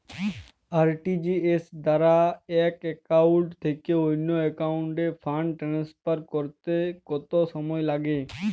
RTGS দ্বারা এক account থেকে অন্য একাউন্টে ফান্ড ট্রান্সফার করতে কত সময় লাগে?